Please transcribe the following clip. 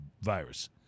virus